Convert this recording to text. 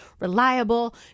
reliable